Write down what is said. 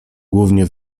głównie